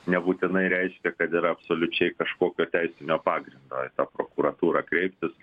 nebūtinai reiškia kad yra absoliučiai kažkokio teisinio pagrindo prokuratūrą kreiptis